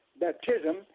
baptism